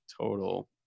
total